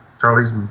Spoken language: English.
Charlie's